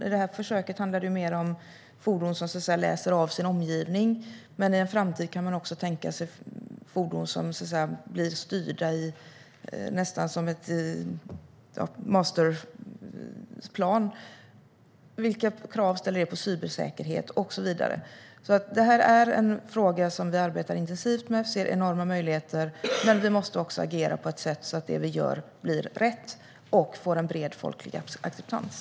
I det här försöket handlar det ju mer om fordon som så att säga läser av sin omgivning, men i framtiden kan man också tänka sig fordon som blir styrda nästan som en masterplan. Vilka krav ställer det på cybersäkerhet och så vidare? Det här är en fråga som vi arbetar intensivt med. Vi ser enorma möjligheter. Men vi måste också agera på så sätt att det vi gör blir rätt och får en bred folklig acceptans.